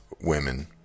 women